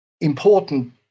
important